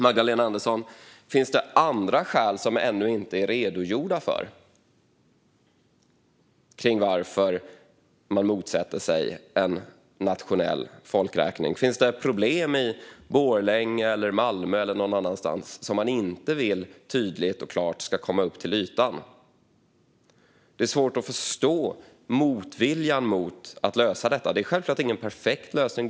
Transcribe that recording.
Finns det andra skäl, Magdalena Andersson, som ännu inte är redogjorda för kring varför man motsätter sig en nationell folkräkning? Finns det problem i Borlänge, Malmö eller någon annanstans som man inte vill tydligt och klart ska komma upp till ytan? Det är svårt att förstå motviljan mot att lösa detta. Det här är självklart ingen perfekt lösning.